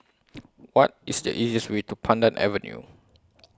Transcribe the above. What IS The easiest Way to Pandan Avenue